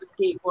skateboard